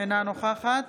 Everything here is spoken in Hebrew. אינה נוכחת